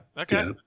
Okay